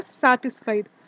satisfied